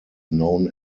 known